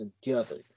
together